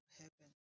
heaven